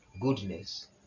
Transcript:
goodness